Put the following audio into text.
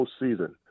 postseason